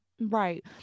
Right